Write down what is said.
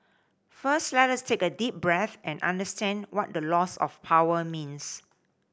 first let us take a deep breath and understand what the loss of power means